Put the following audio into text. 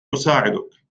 أساعدك